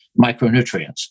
micronutrients